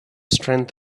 strength